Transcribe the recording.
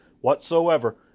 whatsoever